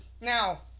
Now